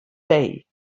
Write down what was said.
day